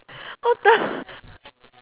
what the